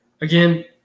Again